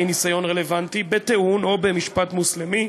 ניסיון רלוונטי בטיעון או במשפט מוסלמי,